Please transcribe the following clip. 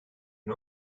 bin